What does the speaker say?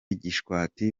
gishwati